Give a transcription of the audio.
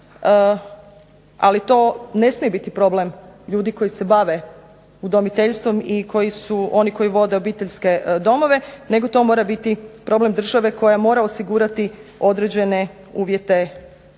Ali, to ne smije biti problem ljudi koji se bave udomiteljstvom i koji su oni koji vode obiteljske domove nego to mora biti problem države koja mora osigurati određene uvjete